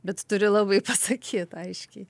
bet tu turi labai pasakyt aiškiai